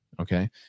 Okay